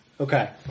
Okay